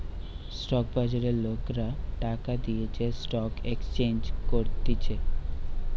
stock বাজারে লোকরা টাকা দিয়ে যে স্টক এক্সচেঞ্জ করতিছে